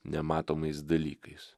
nematomais dalykais